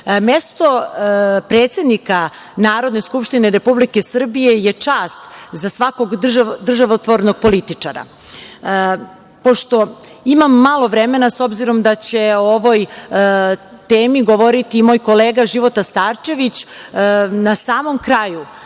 Mesto predsednika Narodne skupštine Republike Srbije je čast za svakog državotvornog političara. Pošto imam malo vremena, s obzirom da će ovoj temi govoriti moj kolega Života Starčević, na samom kraju